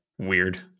weird